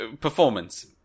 Performance